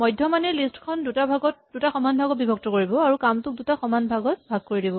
মধ্যমানে list খন দুটা সমান ভাগত ভাগ কৰিব আৰু কামটোক দুটা সমান ভাগত ভাগ কৰি দিব